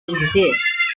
exist